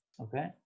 Okay